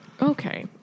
Okay